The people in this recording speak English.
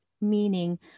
meaning